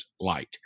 Light